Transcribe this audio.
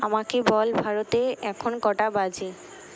আমাকে বল ভারতে এখন কটা বাজে